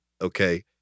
Okay